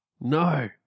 No